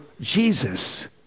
Jesus